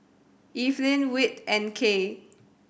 Evelin Whit and Kaye